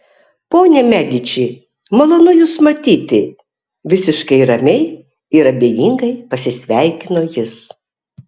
ponia mediči malonu jus matyti visiškai ramiai ir abejingai pasisveikino jis